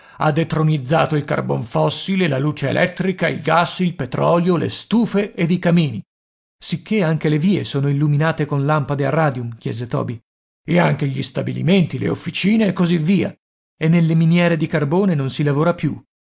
ha detronizzato il carbon fossile la luce elettrica il gas il petrolio le stufe ed i camini sicché anche le vie sono illuminate con lampade a radium chiese toby e anche gli stabilimenti le officine e così via e nelle miniere di carbone non si lavora più